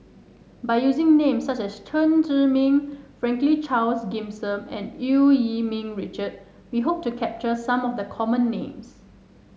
by using names such as Chen Zhiming Franklin Charles Gimson and Eu Yee Ming Richard we hope to capture some of the common names